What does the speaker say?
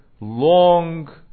long